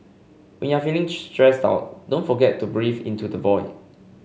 when you are feeling stressed out don't forget to breathe into the void